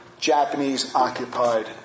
Japanese-occupied